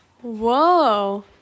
whoa